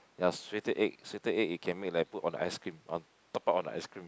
ya sweater egg sweater egg it can make like put on the ice cream on top up on the ice cream